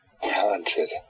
talented